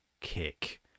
kick